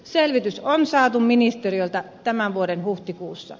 selvitys on saatu ministeriöltä tämän vuoden huhtikuussa